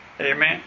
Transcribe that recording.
Amen